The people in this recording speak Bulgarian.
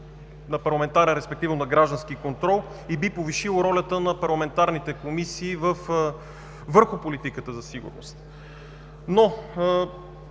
на парламентарен, респективно на граждански контрол и би повишило ролята на парламентарните комисии върху политиката за сигурност,